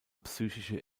psychische